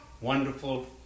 wonderful